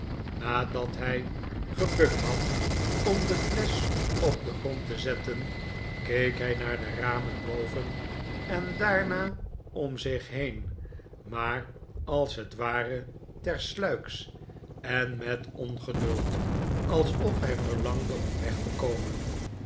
nadat hij gebukt had om de flesch op den grond te zetten keek hij naar de ramen boven en daarna om zich heen maar als het ware tersluiks en met ongeduld alsof hij verlangde om weg te komen